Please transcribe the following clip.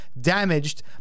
damaged